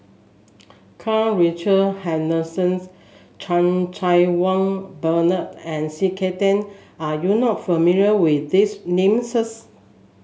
Karl Richard Hanitsch Chan Cheng Wah Bernard and C K Tang are you not familiar with these names